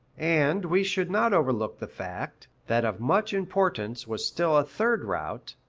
and we should not overlook the fact, that of much importance was still a third route,